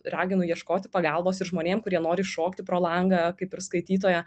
raginu ieškoti pagalbos ir žmonėm kurie nori iššokti pro langą kaip ir skaitytoja